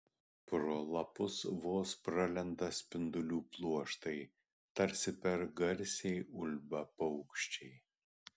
pro lapus vos pralenda spindulių pluoštai tarsi per garsiai ulba paukščiai